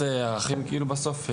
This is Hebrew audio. מהערכים בסוף.